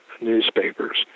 newspapers